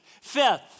Fifth